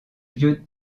vieux